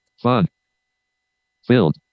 fun-filled